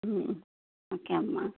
okay అమ్మ